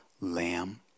lamb